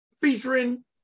featuring